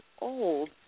old